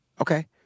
Okay